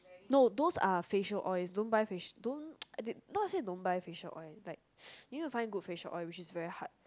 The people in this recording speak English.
no those are facial oils don't buy face~ don't buy not say don't buy facial oil like you need to find a good facial oil which is very hard